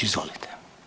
Izvolite.